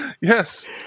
Yes